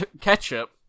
ketchup